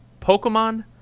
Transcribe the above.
Pokemon